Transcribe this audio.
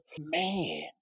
Man